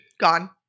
gone